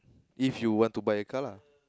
if you want to buy a car lah